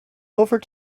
over